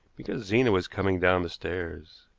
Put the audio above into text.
because zena was coming down the stairs.